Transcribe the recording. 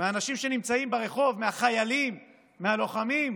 מאנשים שנמצאים ברחוב, מהחיילים, מהלוחמים,